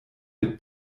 mit